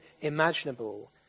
imaginable